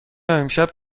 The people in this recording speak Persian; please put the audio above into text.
امشب